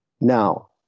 Now